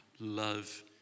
love